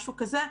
משהו כזה.